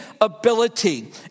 ability